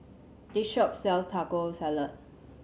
this shop sells Taco Salad